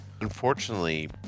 Unfortunately